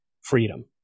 freedom